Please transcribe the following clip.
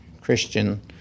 Christian